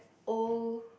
old